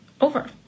over